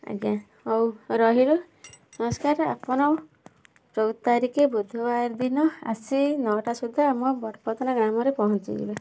ଆଜ୍ଞା ହଉ ରହିଲୁ ନମସ୍କାର ଆପଣ ଚଉଦ ତାରିଖ ବୁଧବାର ଦିନ ଆସି ନଅଟା ସୁଦ୍ଧା ଆମ ବଡ଼ପଦନା ଗ୍ରାମରେ ପହଞ୍ଚିଯିବେ